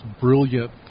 brilliant